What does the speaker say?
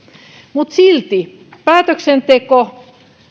mutta silti päätöksenteko